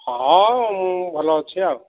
ହଁ ମୁଁ ଭଲ ଅଛି ଆଉ